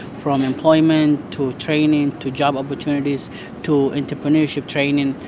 from employment to training to job opportunities to entrepreneurship training.